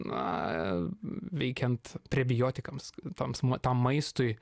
na veikiant prebiotikams toms tam maistui